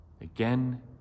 Again